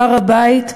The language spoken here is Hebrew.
הר-הבית,